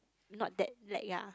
not that lack ya